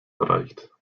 erreicht